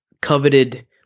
coveted